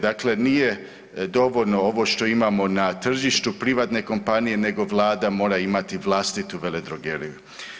Dakle, nije dovoljno ovo što imamo na tržištu privatne kompanije nego Vlada mora imati vlastitu veledrogeriju.